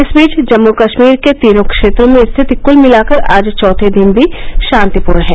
इस बीच जम्मू कश्मीर के तीनों क्षेत्रों में स्थिति कृल मिलाकर आज चौथे दिन भी शांतिपूर्ण है